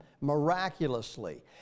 miraculously